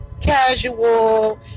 casual